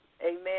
Amen